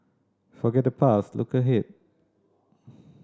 forget the past look ahead